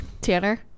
Tanner